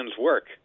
work